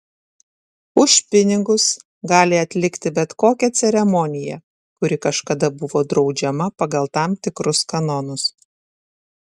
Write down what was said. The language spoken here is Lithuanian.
už pinigus gali atlikti bet kokią ceremoniją kuri kažkada buvo draudžiama pagal tam tikrus kanonus